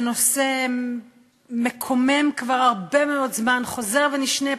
זה נושא מקומם כבר הרבה מאוד זמן וחוזר ונשנה.